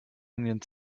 onion